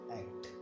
act